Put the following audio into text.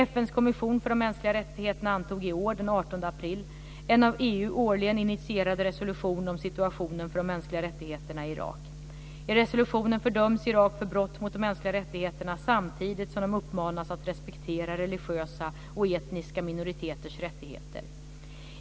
FN:s kommission för de mänskliga rättigheterna antog i år, den 18 april, en av EU årligen initierad resolution om situationen för de mänskliga rättigheterna i Irak. I resolutionen fördöms Irak för brott mot de mänskliga rättigheterna samtidigt som Irak uppmanas att respektera religiösa och etniska minoriteters rättigheter.